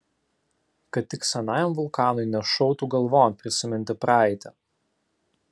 kad tik senajam vulkanui nešautų galvon prisiminti praeitį